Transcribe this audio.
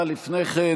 אבל לפני כן,